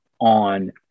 on